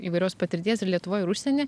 įvairios patirties ir lietuvoj ir užsieny